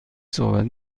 صحبت